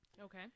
Okay